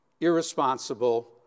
irresponsible